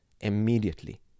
immediately